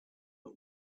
but